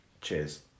Cheers